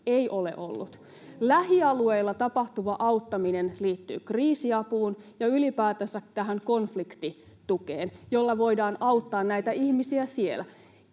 siitä ollut!] Lähialueilla tapahtuva auttaminen liittyy kriisiapuun ja ylipäätänsä tähän konfliktitukeen, jolla voidaan auttaa näitä ihmisiä siellä.